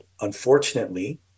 Unfortunately